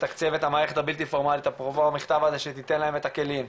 ותתקצב את המערכת הבלתי פורמלית שתתן להם את הכלים,